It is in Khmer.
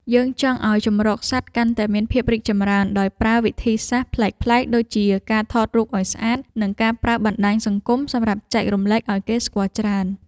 យើងចង់ឱ្យជម្រកសត្វកាន់តែមានភាពរីកចម្រើនដោយប្រើវិធីសាស្ត្រប្លែកៗដូចជាការថតរូបឱ្យស្អាត និង ការប្រើបណ្ដាញសង្គមសម្រាប់ចែករំលែកឱ្យគេស្គាល់ច្រើន។